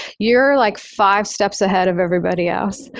you're like five steps ahead of everybody else.